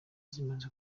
zimaze